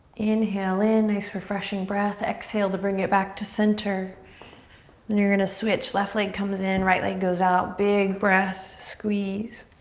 inhale in, nice refreshing breath. exhale to bring it back to center you're gonna switch, left leg comes in, right leg goes out. big breath, squeeze.